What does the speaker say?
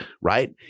right